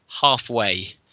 halfway